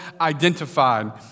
identified